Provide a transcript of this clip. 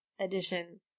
edition